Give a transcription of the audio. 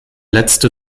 letzte